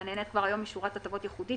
והנהנית כבר היום משורת הטבות ייחודית